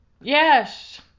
yes